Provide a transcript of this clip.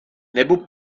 nebo